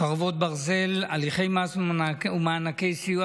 חרבות ברזל) (הליכי מס ומענקי סיוע),